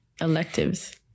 electives